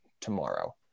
tomorrow